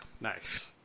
Nice